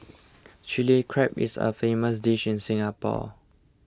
Chilli Crab is a famous dish in Singapore